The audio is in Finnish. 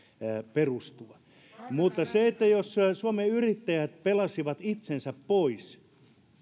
perustua mutta jos suomen yrittäjät pelasi itsensä pois